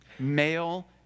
male